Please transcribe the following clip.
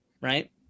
Right